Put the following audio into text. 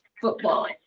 football